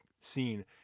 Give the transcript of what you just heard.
scene